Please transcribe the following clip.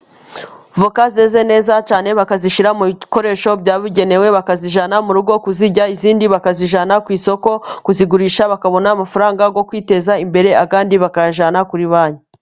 Voka zeze neza cyane, bakazishyira mu bikoresho byabugenewe bakazijyana mu rugo kuzirya, izindi bakazijyana ku isoko kuzigurisha bakabona amafaranga yo kwiteza imbere, ayandi bakayajyana kuri banki.